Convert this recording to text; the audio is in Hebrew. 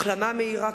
החלמה מהירה,